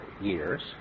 years